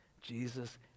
Jesus